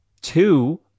two